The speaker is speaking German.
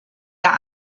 der